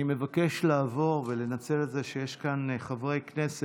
אני מבקש לנצל את זה שיש כאן חברי כנסת